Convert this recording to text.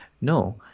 no